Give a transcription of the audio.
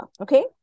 okay